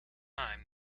time